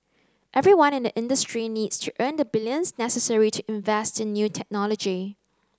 everyone in the industry needs to earn the billions necessary to invest in new technology